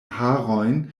harojn